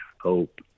hope